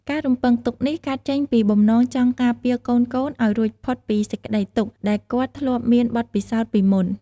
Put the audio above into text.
ការរំពឹងទុកនេះកើតចេញពីបំណងចង់ការពារកូនៗឲ្យរួចផុតពីសេចក្តីទុក្ខ ដែលគាត់ធ្លាប់មានបទពិសោធន៍ពីមុន។